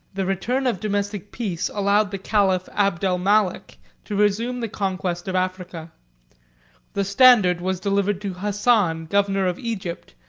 the return of domestic peace allowed the caliph abdalmalek to resume the conquest of africa the standard was delivered to hassan governor of egypt,